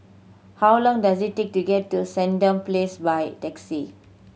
how long does it take to get to Sandown Place by taxi